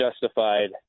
justified